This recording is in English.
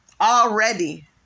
Already